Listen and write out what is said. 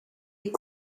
est